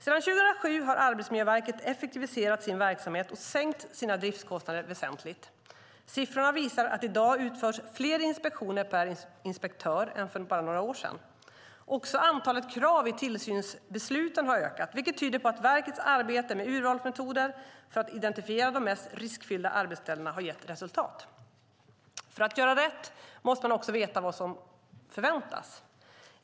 Sedan 2007 har Arbetsmiljöverket effektiviserat sin verksamhet och sänkt sina driftskostnader väsentligt. Siffrorna visar att det i dag utförs fler inspektioner per inspektör än för bara några år sedan. Också antalet krav i tillsynsbesluten har ökat, vilket tyder på att verkets arbete med urvalsmetoder för att identifiera de mest riskfyllda arbetsställena har gett resultat. För att göra rätt måste man också veta vad som förväntas.